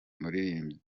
mirima